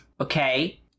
okay